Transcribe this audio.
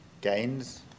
gains